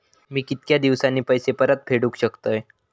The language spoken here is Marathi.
मी कीतक्या दिवसांनी पैसे परत फेडुक शकतय?